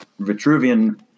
Vitruvian